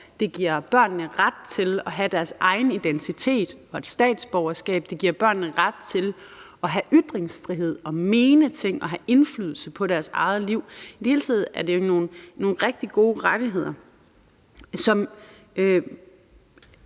Det giver børnene ret til at have deres egen identitet og et statsborgerskab; det giver børnene ret til at have ytringsfrihed og mene ting og have indflydelse på deres eget liv. I det hele taget er det jo nogle rigtig gode rettigheder. Jeg